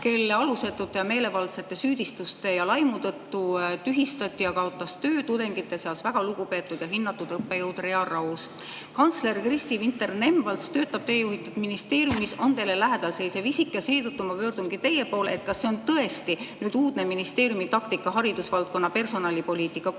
kelle alusetute ja meelevaldsete süüdistuste ja laimu tõttu tühistati ja kaotas töö tudengite seas väga lugupeetud ja hinnatud õppejõud Rea Raus? Kantsler Kristi Vinter-Nemvalts töötab teie juhitud ministeeriumis, on teile lähedal seisev isik. Seetõttu ma pöördungi teie poole küsimusega, kas see on nüüd tõesti uudne ministeeriumi taktika haridusvaldkonna personalipoliitika